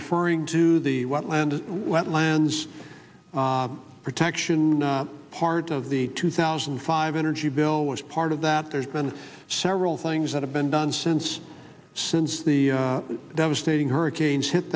referring to the wetland whent lands protection part of the two thousand and five energy bill was part of that there's been several things that have been done since since the devastating hurricanes hit